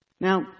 Now